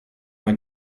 man